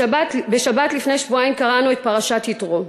בשבת לפני שבועיים קראנו את פרשת יתרו,